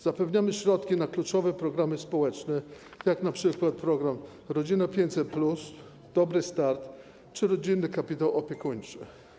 Zapewniamy środki na kluczowe programy społeczne, takie jak np. program „Rodzina 500+”, „Dobry start” czy „Rodzinny kapitał opiekuńczy”